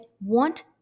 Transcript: want